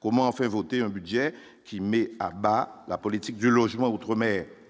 comment a fait voter un budget qui met à bas la politique du logement outre-mer